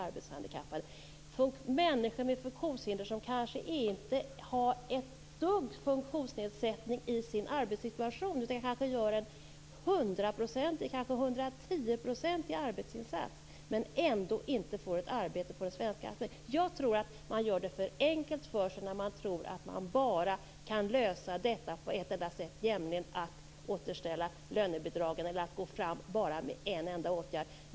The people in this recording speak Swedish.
Det kan vara människor med funktionshinder som kanske inte har ett dugg funktionsnedsättning i sin arbetssituation, utan kanske gör en hundratioprocentig arbetsinsats, men får ändå inte ett arbete på den svenska arbetsmarknaden. Jag tror att man gör det enkelt för sig när man tror att man kan lösa detta problem på endast ett enda sätt, nämligen genom att återställa lönebidragen eller en enda åtgärd.